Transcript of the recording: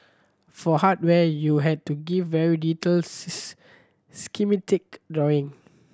for hardware you had to give very detailed schematic drawing